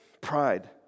pride